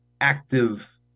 active